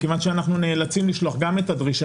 מכיוון שאנחנו נאלצים לשלוח גם את הדרישה